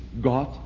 God